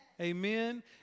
Amen